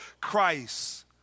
Christ